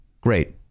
great